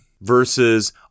versus